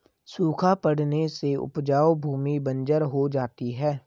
सूखा पड़ने से उपजाऊ भूमि बंजर हो जाती है